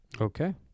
Okay